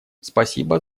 спасибо